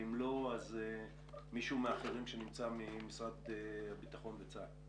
אם לא, מישהו מהאחרים שנמצא ממשרד הביטחון וצה"ל.